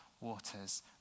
waters